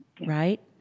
right